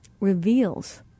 reveals